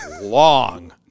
long